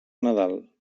nadal